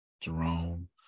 Jerome